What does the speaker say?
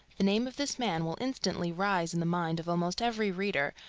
the name of this man will instantly rise in the mind of almost every reader,